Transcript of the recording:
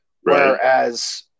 Whereas